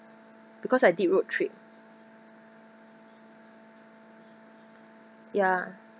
because I did road trip ya